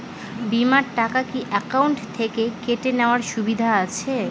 বিমার টাকা কি অ্যাকাউন্ট থেকে কেটে নেওয়ার সুবিধা আছে?